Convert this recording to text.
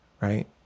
right